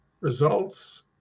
results